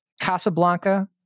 Casablanca